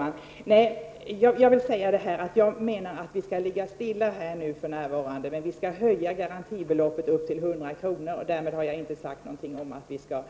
Herr talman! Jag menar att vi för närvarande skall ligga stilla i fråga om detta, men att garantibeloppet skall höjas till 100 kr. Därmed har jag inte sagt något om att vi skall